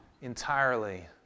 entirely